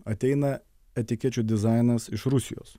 ateina etikečių dizainas iš rusijos